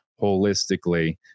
holistically